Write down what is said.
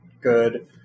good